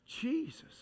Jesus